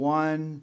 one